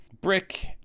Brick